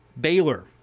Baylor